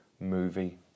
movie